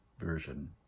version